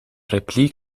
repliek